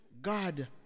God